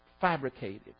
fabricated